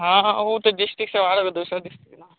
हाँ वह तो डिस्टिक से बाहर होगा दूसरा डिस्टिक न